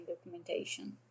documentation